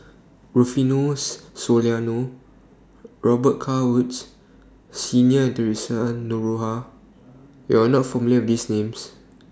Rufino Soliano Robet Carr Woods Senior and Theresa Noronha YOU Are not familiar with These Names